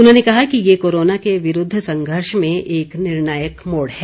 उन्होंने कहा कि ये कोरोना के विरूद्व संघर्ष में एक निर्णायक मोड़ है